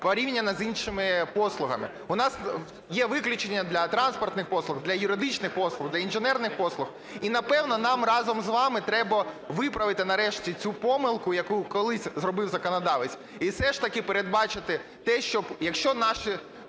порівняно з іншими послугами. У нас є виключення для транспортних послуг, для юридичних послуг, для інженерних послуг. І, напевно, нам разом з вами треба виправити нарешті цю помилку, яку колись зробив законодавець, і все ж таки передбачити те, щоб якщо наші